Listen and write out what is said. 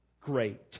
great